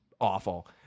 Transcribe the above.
Awful